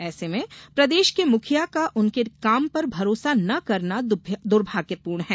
ऐसे में प्रदेश के मुखिया का उनके काम पर भरोसा न करना दुर्भाग्यपूर्ण है